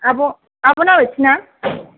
आब' आब' आलायस्रि ना